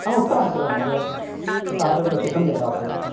आम् उक्तवान् किल महोदय सार्धैकशतं ददातु